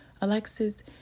Alexis